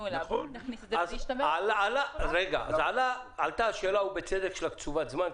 אליו --- אז עלתה ובצדק השאלה של קצובת זמן,